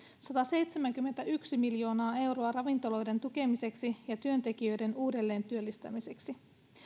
sataseitsemänkymmentäyksi miljoonaa euroa ravintoloiden tukemiseksi ja työntekijöiden uudelleentyöllistämiseksi